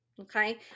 okay